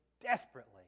desperately